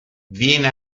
viene